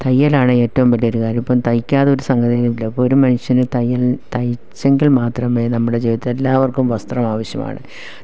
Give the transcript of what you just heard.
തയ്യലാണ് ഏറ്റവും വലിയൊരു കാര്യം ഇപ്പം തയ്ക്കാതെ ഒരു സംഗതി ഇല്ല ഇപ്പം ഒരു മനുഷ്യന് തയ്യൽ തയ്ച്ചെങ്കിൽ മാത്രമേ നമ്മുടെ ജീവിതത്തിൽ എല്ലാവർക്കും വസ്ത്രം ആവശ്യമാണ്